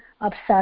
obsessed